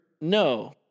No